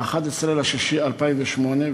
ב-11 ביוני 2008,